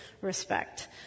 respect